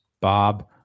Bob